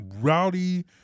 rowdy